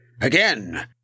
Again